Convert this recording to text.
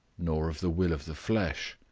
nor of the will of the flesh,